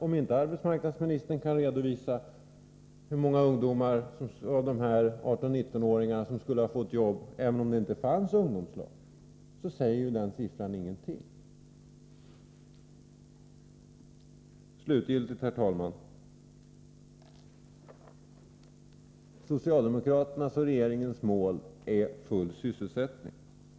Om inte arbetsmarknadsministern kan redovisa hur många av dessa 18-19-åringar som skulle ha fått jobb även om det inte hade funnits några ungdomslag, så säger siffran ingenting. Slutligen, herr talman, vill jag säga att socialdemokraternas och regeringens mål är full sysselsättning.